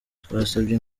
twasabye